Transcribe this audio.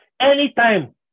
Anytime